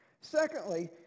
Secondly